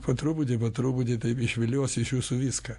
po truputį po truputį išvilios iš jūsų viską